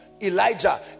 Elijah